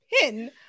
pin